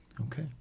Okay